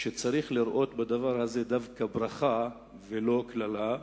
שצריך לראות בדבר הזה דווקא ברכה ולא קללה,